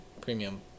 premium